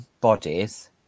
bodies